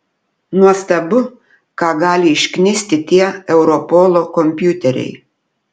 nuostabu ką gali išknisti tie europolo kompiuteriai